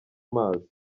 amazi